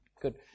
Good